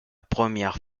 première